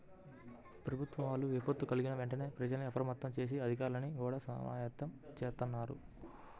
ప్రభుత్వం వాళ్ళు విపత్తు కల్గిన వెంటనే ప్రజల్ని అప్రమత్తం జేసి, అధికార్లని గూడా సమాయత్తం జేత్తన్నారు